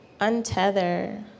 untether